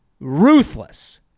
ruthless